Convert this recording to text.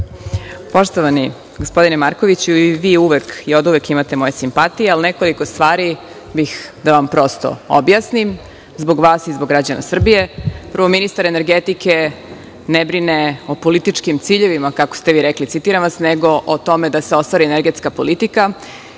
Poštovani gospodine Markoviću, vi oduvek imate moje simpatije, ali nekoliko stvari bih da vam prosto objasnim, zbog vas i zbog građana Srbije. Prvo, ministar energetike ne brine o političkim ciljevima, kako ste vi rekli, citiram vas, nego o tome da se ostvari energetska politika.